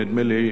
נדמה לי,